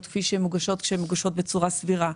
כפי שהן מוגשות כשהן מוגשות בצורה סבירה.